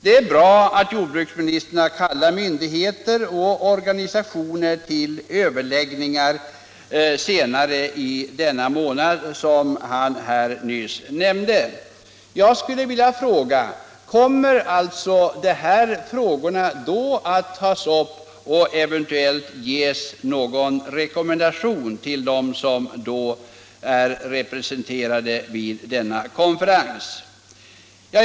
Det är bra att jordbruksministern har kallat myndigheter och organisationer till överläggningar senare i denna månad, som han nyss nämnde. Jag skulle vilja fråga: Kommer de här frågorna då att tas upp och kommer det eventuellt att ges någon rekommendation till dem som då är representerade vid den konferensen?